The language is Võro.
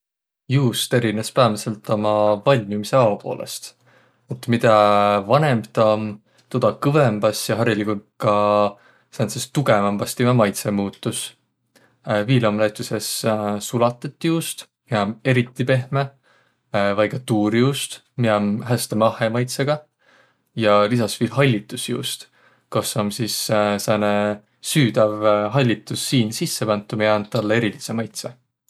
Juust erines päämidselt uma valmimisao poolõst. Et midä vanõmb tä om, toda kõvõmbas ja hariligult ka sääntses tugõvambas timä maidsõq muutus. Viil om näütüses sulatõt juust, miä om eriti pehmeq vai ka tuurjuust, miä om häste mahhe maitsõgaq, ja lisas viil hallitusjuust, kos om sis sääne süüdäv hallitussiin sisse pant, miä and tälle erilidse erilidse maitsõ.